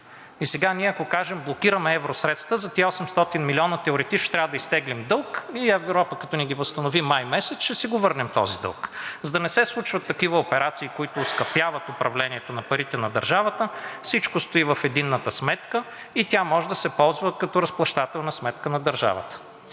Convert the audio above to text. Сега ние ако кажем: блокираме евросредствата за тези 800 милиона, теоретично трябва да изтеглим дълг и Европа, като ни ги възстанови май месец, ще си го върнем този дълг. За да не се случват такива операции, които оскъпяват управлението на парите на държавата, всичко стои в единната сметка и тя може да се ползва като разплащателна сметка на държавата.